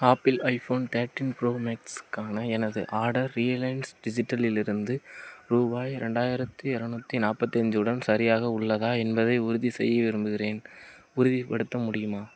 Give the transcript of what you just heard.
apple iPhone thirteen pro மேக்ஸ்க்கான எனது order Reliance டிஜிட்டலில் இருந்து ரூபாய் ரெண்டாயிரத்தி இரநூத்தி நாற்பத்தி ஐந்து உடன் சரியாக உள்ளதா என்பதை உறுதிசெய்ய விரும்புகிறேன் உறுதிப்படுத்த முடியுமா